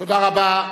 תודה רבה.